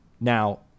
Now